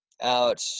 out